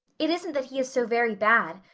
it isn't that he is so very bad.